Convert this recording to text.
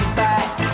back